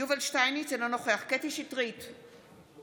יובל שטייניץ, אינו נוכח קטי קטרין שטרית,